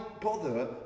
bother